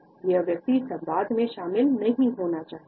वह व्यक्ति संवाद में शामिल नहीं होना चाहता है